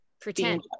Pretend